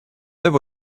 there